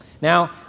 Now